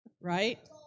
right